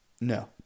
No